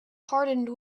hardened